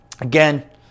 Again